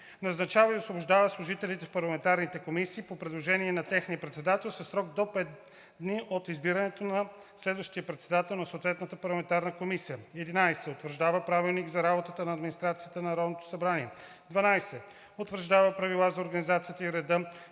назначава и освобождава служителите в парламентарните комисии по предложение на техния председател със срок до 5 дни от избирането на следващия председател на съответната парламентарна комисия; 11. утвърждава правилник за работата на администрацията на Народното събрание; 12. утвърждава правила за организацията и реда